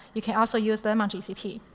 you can also use them on gcp.